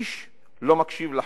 ואיש לא מקשיב לחברו.